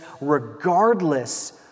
regardless